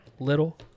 Little